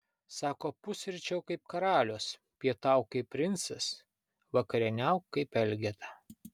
sako pusryčiauk kaip karalius pietauk kaip princas vakarieniauk kaip elgeta